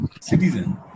citizen